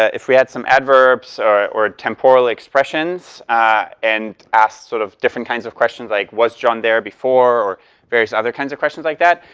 ah if we had some adverbs or or temporal expressions and asked sort of different kinds of questions like was john there before or various other kinds of questions, like that.